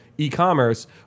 e-commerce